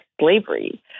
slavery